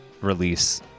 release